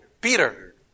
Peter